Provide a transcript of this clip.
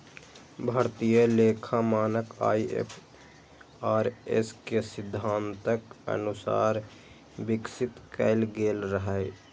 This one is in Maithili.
भारतीय लेखा मानक आई.एफ.आर.एस के सिद्धांतक अनुसार विकसित कैल गेल रहै